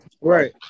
Right